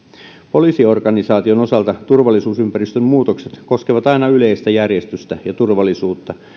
poliisiorganisaation osalta turvallisuusympäristön muutokset koskevat aina yleistä järjestystä ja turvallisuutta